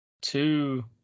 two